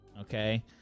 okay